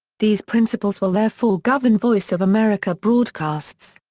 these principles will therefore govern voice of america broadcasts.